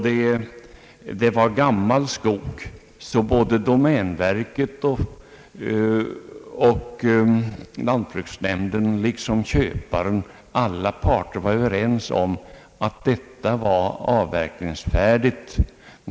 Det var fråga om gammal skog, och både domänverket, lantbruksnämnden och köparen var helt överens om att skogen var avverkningsfärdig.